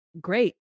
Great